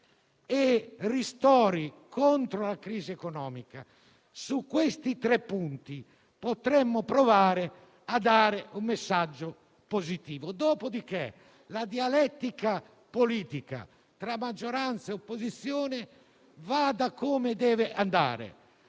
e ristori contro la crisi economica - potremmo provare a dare un messaggio positivo. Dopodiché la dialettica politica tra maggioranza e opposizione vada come deve andare.